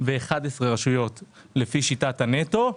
וכ-11 רשויות מודדות לפי שיטת הנטו.